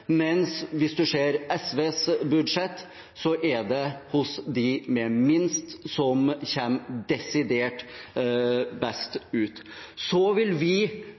mens hvis man ser på SVs budsjett, er det dem med minst som kommer desidert best ut. Vi vil